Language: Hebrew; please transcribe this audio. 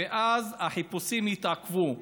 ואז החיפושים התעכבו.